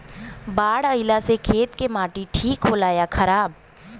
बाढ़ अईला से खेत के माटी ठीक होला या खराब?